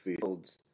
Fields